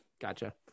Gotcha